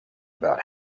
about